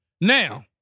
Now